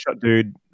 dude